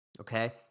Okay